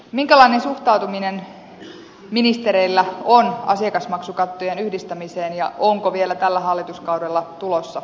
minkälainen suhtautuminen ministereillä on asiakasmaksukattojen yhdistämiseen ja onko vielä tällä hallituskaudella tulossa lakimuutosta